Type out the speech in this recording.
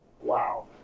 Wow